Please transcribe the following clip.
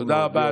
תודה רבה,